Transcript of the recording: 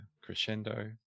crescendo